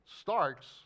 starts